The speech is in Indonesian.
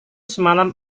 semalam